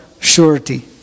surety